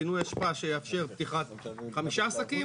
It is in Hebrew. פינוי אשפה שיאפשר פתיחת חמישה עסקים